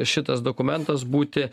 šitas dokumentas būti